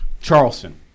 Charleston